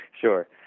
Sure